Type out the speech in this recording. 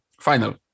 Final